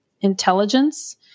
intelligence